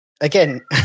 again